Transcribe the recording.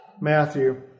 Matthew